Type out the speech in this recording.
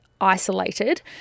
isolated